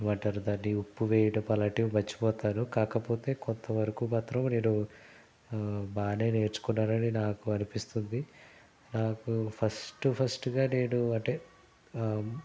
ఏమంటారు దాన్ని ఉప్పు వేయడం అలాంటివినేను మర్చిపోతాను కాకపోతే కొంత వరకు మాత్రం నేను బాగానే నేర్చుకున్నానని నాకు అనిపిస్తుంది నాకు ఫస్ట్ ఫస్ట్గా నేను అంటే